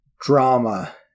drama